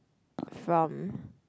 from